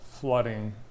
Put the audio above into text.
flooding